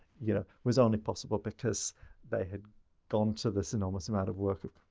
you know, was only possible because they had gone to this enormous amount of work of